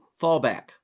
fallback